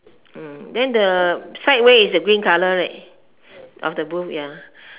then the side way is the green colour right of the booth ya